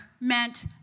meant